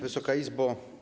Wysoka Izbo!